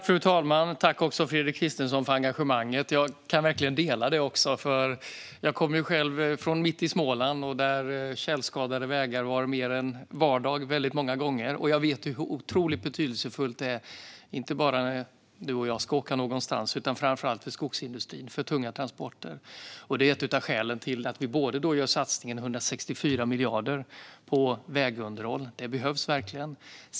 Fru talman! Jag tackar Fredrik Christensson för engagemanget. Jag delar det, för jag kommer själv från mitt i Småland, där tjälskadade vägar är vardag. Jag vet hur betydelsefulla bra vägar är, inte bara för dig och mig utan framför allt för skogsindustrin och andra tunga transporter. Detta är ett av skälen till att vi satsar 164 miljarder på vägunderhåll. Det behövs verkligen.